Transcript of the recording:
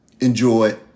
enjoy